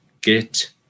get